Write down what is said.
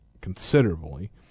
considerably